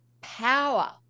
power